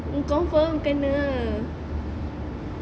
confirm kena